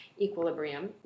equilibrium